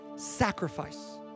sacrifice